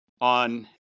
on